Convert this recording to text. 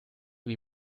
wie